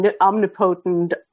omnipotent